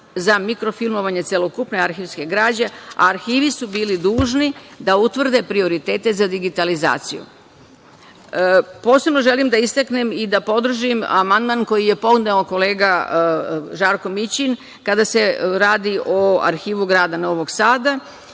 za mikrofilmovanje celokupne arhivske građe? Arhivi su bili dužni da utvrde prioritete za digitalizaciju. Posebno želim da istaknem i da podržim amandman koji je podneo kolega Žarko Mićin kada se radi o Arhivu grada Novog Sada,